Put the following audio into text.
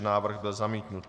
Návrh byl zamítnut.